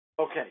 Okay